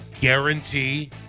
guarantee